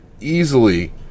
easily